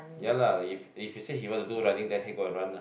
ya lah if if he say he want to do running let him go and run lah